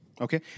okay